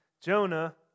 Jonah